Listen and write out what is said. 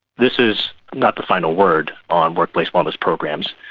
this is not the final word on workplace wellness programs,